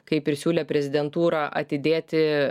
kaip ir siūlė prezidentūra atidėti